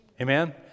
Amen